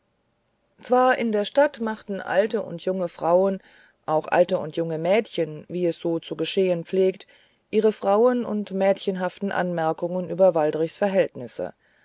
zwar in der stadt machten alte und junge frauen auch alte und junge mädchen wie es so zu geschehen pflegt ihre frauen und mädchenhaften anmerkungen über waldrichs verhältnisse